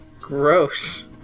Gross